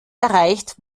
erreicht